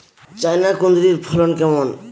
China কুঁদরীর ফলন কেমন?